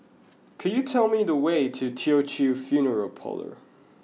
could you tell me the way to Teochew Funeral Parlour